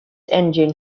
engine